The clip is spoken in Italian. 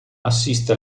assiste